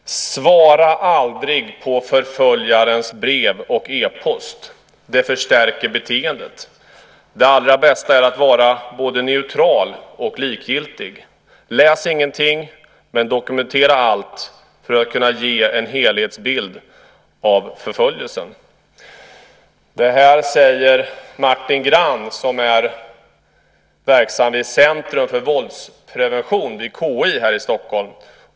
Herr talman! Svara aldrig på förföljarens brev och e-post. Det förstärker beteendet. Det allra bästa är att vara både neutral och likgiltig. Läs ingenting men dokumentera allt för att kunna ge en helhetsbild av förföljelsen. Så säger Martin Grann som är verksam vid Centrum för våldsprevention vid KI här i Stockholm.